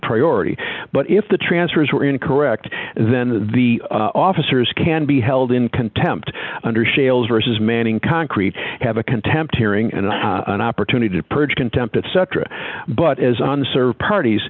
priority but if the transfers were incorrect then the officers can be held in contempt under shales versus manning concrete have a contempt hearing and an opportunity to purge contempt etc but isn't sir parties